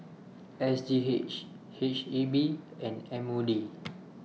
S G H H E B and M O D